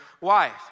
wife